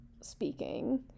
speaking